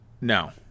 No